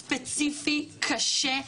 ספציפי, קשה,